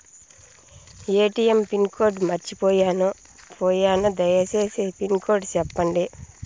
ATM pin code మర్చిపోయాను పోయాను దయసేసి పిన్ కోడ్ సెప్పండి?